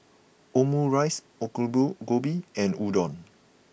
Omurice Alu Gobi and Udon